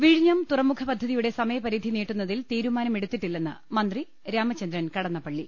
വിഴിഞ്ഞം തുറമുഖ പദ്ധതിയുടെ സമയപരിധി നീട്ടുന്ന തിൽ തീരുമാനമെടുത്തിട്ടില്ലെന്ന് മന്ത്രി രാമചന്ദ്രൻ കട ന്നപ്പള്ളി